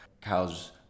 Cows